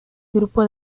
grupo